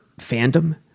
fandom